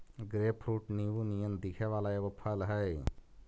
grapefruit नींबू नियन दिखे वला एगो फल हई